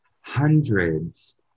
hundreds